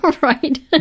Right